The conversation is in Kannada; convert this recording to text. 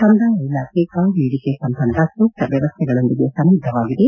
ಕಂದಾಯ ಇಲಾಖೆ ಕಾರ್ಡ್ ನೀಡಿಕೆ ಸಂಬಂಧ ಸೂಕ್ತ ವ್ಯವಸ್ಥೆಗಳೊಂದಿಗೆ ಸನ್ನದ್ದವಾಗಿದೆ